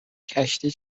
کشتی